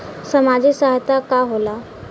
सामाजिक सहायता का होला?